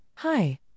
Hi